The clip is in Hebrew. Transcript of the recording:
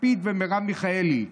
לפיד ומרב מיכאלי.